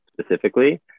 specifically